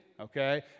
Okay